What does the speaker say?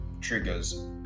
triggers